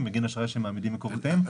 בגין אשראי שהם מעמידים ממקורותיהם.